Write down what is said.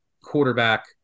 quarterback